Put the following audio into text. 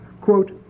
quote